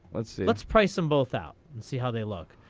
let's let's price them both out and see how they look.